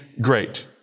Great